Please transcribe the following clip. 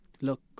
look